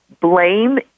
blame